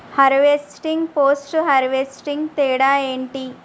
Harvesting, post harvesting తేడా ఏంటి?